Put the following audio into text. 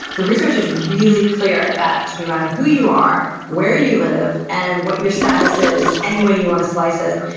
the research is really clear that no matter who you are, where you live, and what your status is, any way you want to slice it,